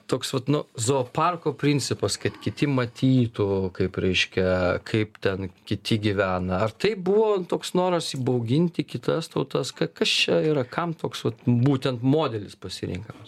toks vat nu zooparko principas kad kiti matytų kaip reiškia kaip ten kiti gyvena ar taip buvo toks noras įbauginti kitas tautas kas čia yra kam kam toks vat būtent modelis pasirenkamas